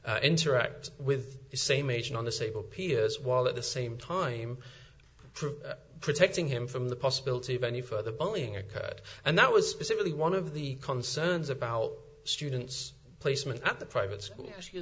to interact with the same agent on the stable peers while at the same time protecting him from the possibility of any further bullying a cut and that was specifically one of the concerns about students placement at the private school ask you